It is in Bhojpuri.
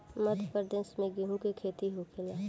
मध्यप्रदेश में गेहू के खेती होखेला